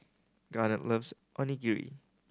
Garnet loves Onigiri